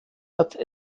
hat